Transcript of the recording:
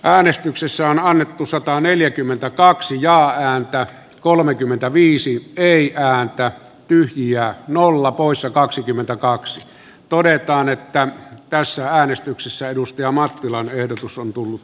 äänestyksessä on annettu sataneljäkymmentäkaksi ja äänteet kolmekymmentäviisi teijaa ja pyyhkijää nolla poissa kaksikymmentäkaksis todetaan että tässä äänestyksessä edusti amattilan edustus on tullut